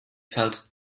feels